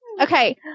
Okay